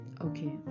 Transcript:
okay